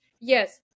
yes